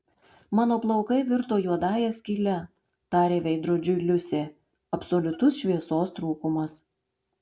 mano plaukai virto juodąja skyle tarė veidrodžiui liusė absoliutus šviesos trūkumas